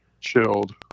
chilled